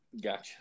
Gotcha